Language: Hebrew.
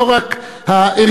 לא רק הערכית,